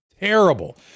Terrible